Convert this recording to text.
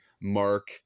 mark